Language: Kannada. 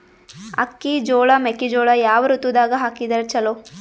ಅಕ್ಕಿ, ಜೊಳ, ಮೆಕ್ಕಿಜೋಳ ಯಾವ ಋತುದಾಗ ಹಾಕಿದರ ಚಲೋ?